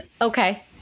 Okay